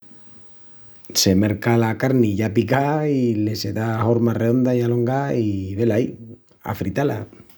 Se merca la carni ya picá i le se da horma reonda i alongá i, velaí, a fritá-la.